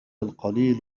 القليل